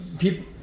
People